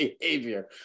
behavior